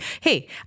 hey